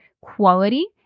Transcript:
quality